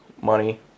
money